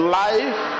life